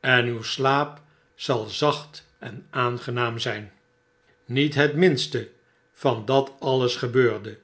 en uw slaap zal zacht en aangenaam zijn niet het minste van dat alles gebeurde